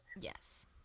yes